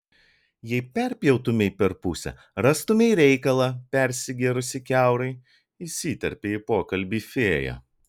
jei perpjautumei per pusę rastumei reikalą persigėrusį kiaurai įsiterpia į pokalbį fėja